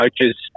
coaches